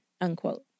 unquote